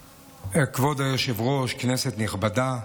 היושב-ראש, כנסת נכבדה,